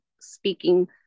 speaking